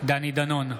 דני דנון,